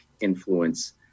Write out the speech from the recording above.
influence